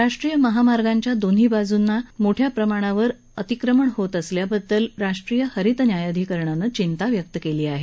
राष्ट्रीय महामार्गांच्या दोन्ही बाजूंनी मोठ्या प्रमाणावर अतिक्रमण होत असल्याबद्दल राष्ट्रीय हरित न्यायधिकरणानं चिंता व्यक्त केली आहे